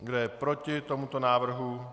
Kdo je proti tomuto návrhu?